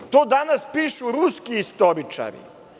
To danas pišu ruski istoričari.